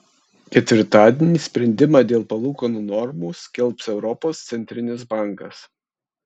ketvirtadienį sprendimą dėl palūkanų normų skelbs europos centrinis bankas